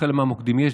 בחלק מהמוקדים יש.